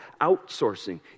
outsourcing